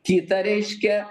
kita reiškia